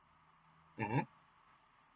(uh huh)